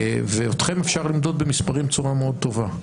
אתכם אפשר למדוד במספרים בצורה מאוד טובה,